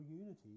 unity